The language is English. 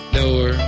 door